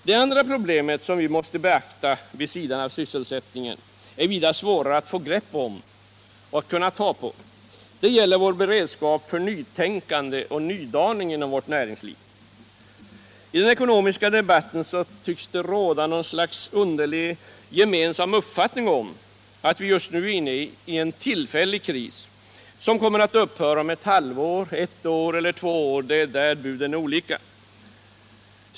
Det andra problemet som vi måste beakta vid sidan av sysselsättningen är vida svårare att få grepp om. Det gäller vår beredskap för nytänkande och nydaning inom vårt näringsliv. I den ekonomiska debatten tycks det råda något slags underlig gemensam uppfattning att vi just nu är inne i en tillfällig kris, som kommer att upphöra om ett halvår, ett år eller två år — där är buden olika.